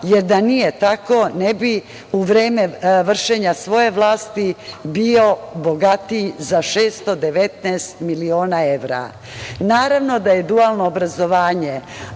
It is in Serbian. jer da nije tako, ne bi u vreme vršenja svoje vlasti bio bogatiji za 619 miliona evra. Naravno da je dualno obrazovanje,